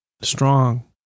Strong